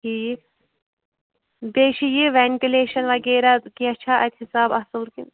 ٹھیٖک بیٚیہِ چھُ یہِ وٮ۪ٹِلیشَن وَغیرَہ کٚینٛہہ چھا اَتہِ حِساب اَصٕل کِن